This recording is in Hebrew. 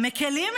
המקילים,